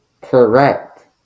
Correct